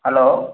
hello